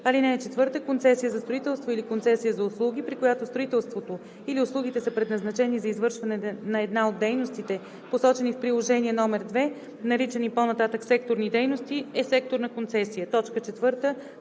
ал. 4: „(4) Концесия за строителство или концесия за услуги, при която строителството или услугите са предназначени за извършване на една от дейностите, посочени в приложение № 2, наричани по-нататък „секторни дейности“, е секторна концесия.“ 4. Досегашната